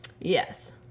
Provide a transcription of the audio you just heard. yes